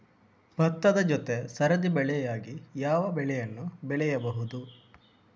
ಭತ್ತದ ಜೊತೆ ಸರದಿ ಬೆಳೆಯಾಗಿ ಯಾವ ಬೆಳೆಯನ್ನು ಬೆಳೆಯಬಹುದು?